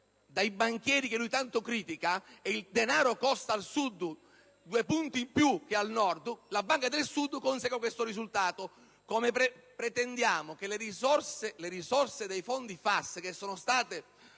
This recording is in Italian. dai banchieri che lui tanto critica e che il denaro al Sud costa due punti in più che al Nord, la Banca del Sud consegua questo risultato. Ugualmente pretendiamo che le risorse dei fondi FAS che sono state